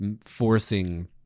forcing